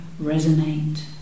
resonate